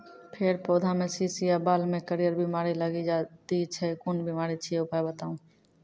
फेर पौधामें शीश या बाल मे करियर बिमारी लागि जाति छै कून बिमारी छियै, उपाय बताऊ?